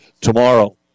tomorrow